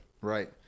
Right